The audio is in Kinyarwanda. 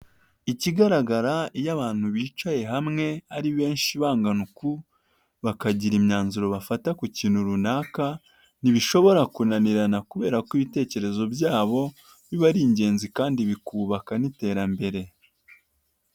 Ikigaragara iyo abantu bicaye hamwe ari benshi bangana uku bakagira imyanzuro bafata ku kintu runaka ntibishobora kunanirana, kubera ko ibitekerezo byabo biba ari ingenzi kandi bikubaka n'iterambere.